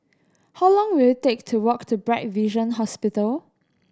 how long will it take to walk to Bright Vision Hospital